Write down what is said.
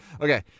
Okay